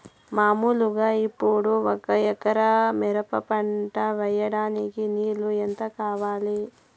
మామూలుగా ఇప్పుడు ఒక ఎకరా మిరప పంట వేయడానికి నీళ్లు ఎంత కావాలి?